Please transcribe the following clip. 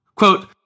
Quote